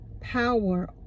power